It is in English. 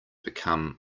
become